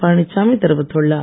பழனிச்சாமி தெரிவித்துள்ளார்